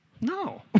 No